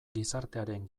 gizartearen